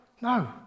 No